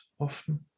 often